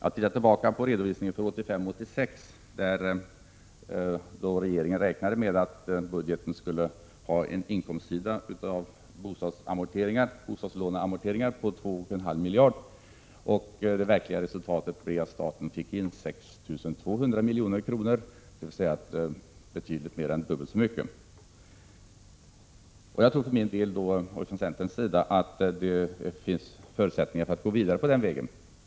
Vi kan ju se på redovisningen för 1985/86, där regeringen räknat med att budgeten skulle ha en inkomst av bostadslåneamorteringar på 2,5 miljarder. Det verkliga resultatet blev 6 200 milj.kr., dvs. betydligt mer än dubbelt så mycket. Från centerns sida tror vi att det finns förutsättningar att gå vidare på den vägen.